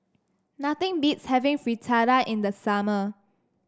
nothing beats having Fritada in the summer